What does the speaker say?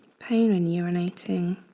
pain in urinating